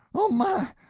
oh, my!